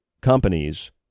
companies